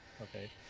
Okay